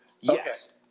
Yes